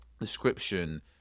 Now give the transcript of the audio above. description